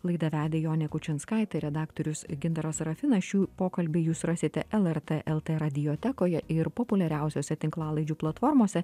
laidą vedė jonė kučinskaitė redaktorius gintaras sarafinas šių pokalbį jūs rasite lrt lt radiotekoje ir populiariausiose tinklalaidžių platformose